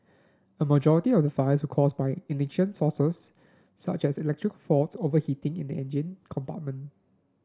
a majority of the fires caused by ignition sources such as electrical faults overheating in the engine compartment